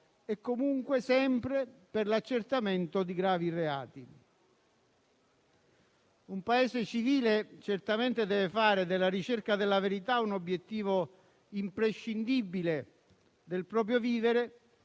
e, comunque, sempre per l'accertamento di gravi reati. Un Paese civile certamente deve fare della ricerca della verità un obiettivo imprescindibile del proprio vivere